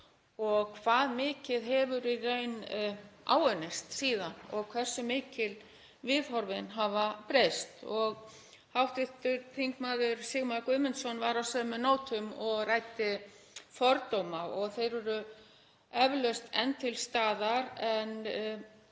og hvað mikið hefur í raun áunnist síðan og hversu mikið viðhorfin hafa breyst. Hv. þm. Sigmar Guðmundsson var á sömu nótum og ræddi fordóma. Þeir eru eflaust enn til staðar en